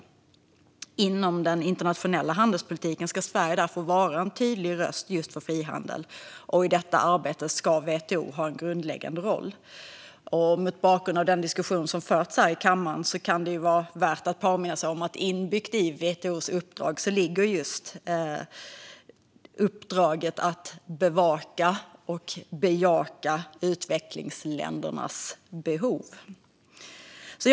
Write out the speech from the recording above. Inom den internationella handelspolitiken ska Sverige därför vara en tydlig röst för frihandel. I detta arbete ska WTO ha en grundläggande roll. Mot bakgrund av den diskussion som har förts här i kammaren kan det vara värt att påminna sig om att uppdraget att bevaka och bejaka utvecklingsländernas behov finns inbyggt i WTO:s uppdrag.